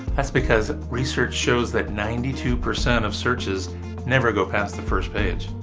that's because research shows that ninety two percent of searches never go past the first page.